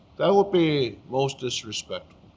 that would be most disrespectful.